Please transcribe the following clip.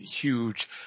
huge